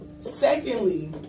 Secondly